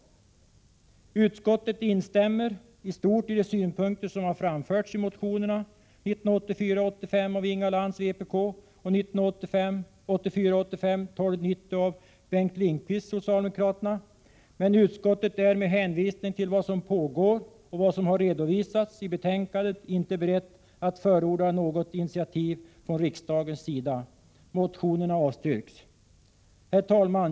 Utskottet instämmer i stort i de synpunkter som har framförts i vpk-motion 1984 85:1290 av Bengt Lindqvist, men utskottet är med hänsyn till vad som pågår och vad som har redovisats i betänkandet inte berett att förorda något initiativ från riksdagens sida. Motionerna avstyrks därmed. Herr talman!